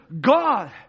God